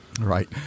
right